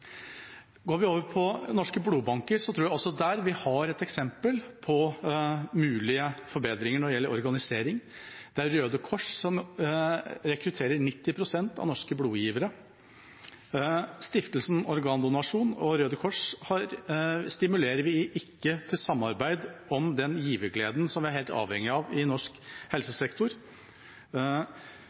Går vi over til norske blodbanker, tror jeg vi også der har et eksempel på mulige forbedringer når det gjelder organisering. Det er Røde Kors som rekrutterer 90 pst. av norske blodgivere. Stiftelsen Organdonasjon og Røde Kors stimulerer vi ikke til samarbeid om den givergleden som vi er helt avhengige av i norsk helsesektor.